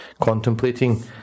contemplating